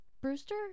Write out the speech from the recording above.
brewster